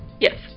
Yes